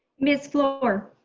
miss fluor.